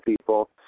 people